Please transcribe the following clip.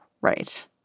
Right